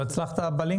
לא הצלחת בלינק?